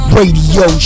Radio